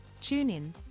TuneIn